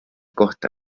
kohta